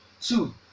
Two